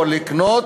או לקנות,